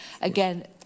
Again